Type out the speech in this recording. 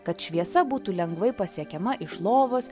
kad šviesa būtų lengvai pasiekiama iš lovos